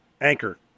Anchor